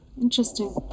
interesting